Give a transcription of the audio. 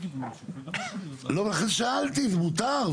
לא, שאלתי, זה מותר.